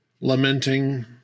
Lamenting